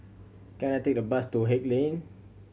can I take a bus to Haig Lane